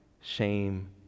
shame